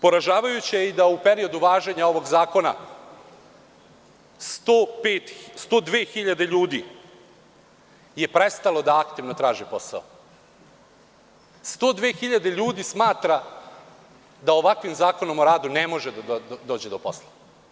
Poražavajuće je da u periodu važenja ovog zakona 102 hiljade ljudi je prestalo da aktivno traži posao, 102 hiljade ljudi smatra da ovakvim Zakonom o radu ne može da dođe do posla.